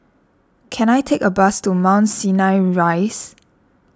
can I take a bus to Mount Sinai Rise